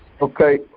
Okay